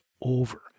over